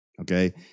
Okay